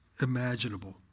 imaginable